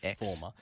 former